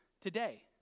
today